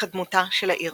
התקדמותה של העיר.